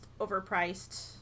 overpriced